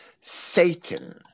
Satan